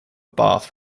bath